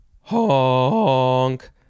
honk